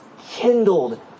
kindled